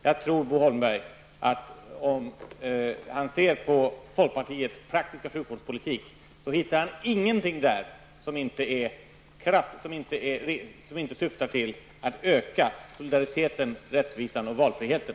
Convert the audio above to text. Jag tror att om Bo Holmberg ser på folkpartiets praktiska sjukvårdspolitik, hittar han ingenting där som inte syftar till att öka solidariteten, rättvisan och valfriheten.